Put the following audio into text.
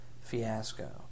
fiasco